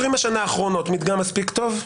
20 השנה האחרונות זה מדגם מספיק טוב?